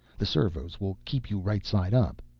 the servos will keep you right-side-up.